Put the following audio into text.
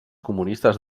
comunistes